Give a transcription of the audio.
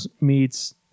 meets